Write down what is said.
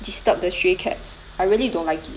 disturb the stray cats I really don't like it